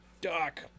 Doc